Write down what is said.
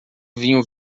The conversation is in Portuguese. vinho